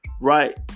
right